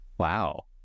Wow